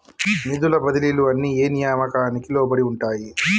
నిధుల బదిలీలు అన్ని ఏ నియామకానికి లోబడి ఉంటాయి?